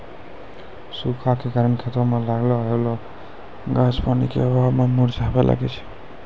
सूखा के कारण खेतो मे लागलो होलो गाछ पानी के अभाव मे मुरझाबै लागै छै